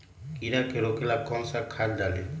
कीड़ा के रोक ला कौन सा खाद्य डाली?